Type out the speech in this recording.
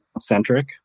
centric